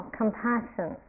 compassion